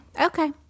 Okay